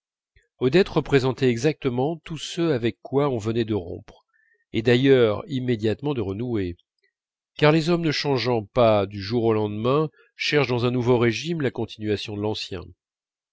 odette représentait exactement tout ce avec quoi on venait de rompre et d'ailleurs immédiatement de renouer car les hommes ne changeant pas du jour au lendemain cherchent dans un nouveau régime la continuation de l'ancien